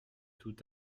tout